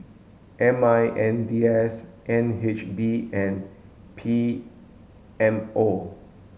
M I N D S N H B and P M O